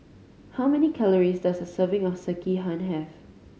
how many calories does a serving of Sekihan have